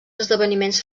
esdeveniments